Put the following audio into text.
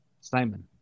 Simon